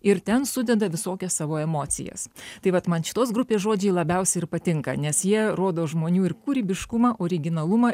ir ten sudeda visokias savo emocijas tai vat man šitos grupės žodžiai labiausiai ir patinka nes jie rodo žmonių ir kūrybiškumą originalumą